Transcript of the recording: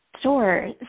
Sure